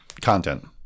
content